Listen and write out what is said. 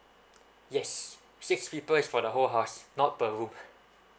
yes six people is for the whole house not per room